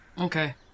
Okay